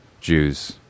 Jews